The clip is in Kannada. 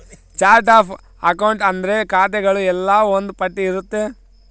ಚಾರ್ಟ್ ಆಫ್ ಅಕೌಂಟ್ ಅಂದ್ರೆ ಖಾತೆಗಳು ಎಲ್ಲ ಒಂದ್ ಪಟ್ಟಿ ಇರುತ್ತೆ